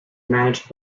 managed